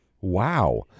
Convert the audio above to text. wow